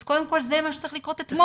אז קודם כל זה מה שצריך לקרות אתמול.